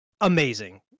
Amazing